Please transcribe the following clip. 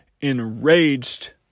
enraged